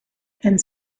and